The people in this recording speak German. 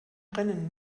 brennen